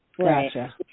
Gotcha